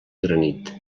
granit